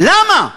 למה?